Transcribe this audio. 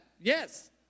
Yes